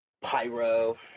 pyro